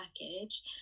package